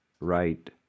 right